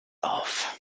auf